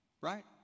right